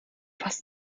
was